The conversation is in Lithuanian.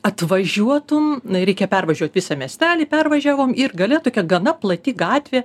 atvažiuotum reikia pervažiuot visą miestelį pervažiavom ir gale tokia gana plati gatvė